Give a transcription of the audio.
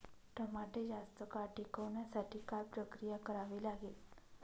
टमाटे जास्त काळ टिकवण्यासाठी काय प्रक्रिया करावी लागेल?